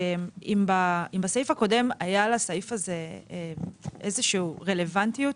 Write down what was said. אם בסעיף הקודם היה לסעיף הזה איזושהי רלוונטיות,